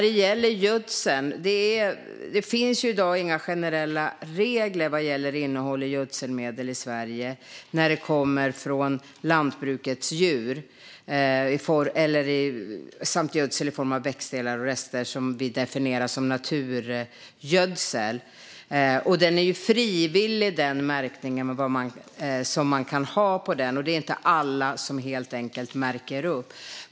Det finns i dag inga generella regler vad gäller innehåll i gödselmedel i Sverige när de kommer från lantbrukets djur samt gödsel i form av växtdelar och rester som vi definierar som naturgödsel. Den märkning man kan ha på gödseln är också frivillig, och det är inte alla som märker upp.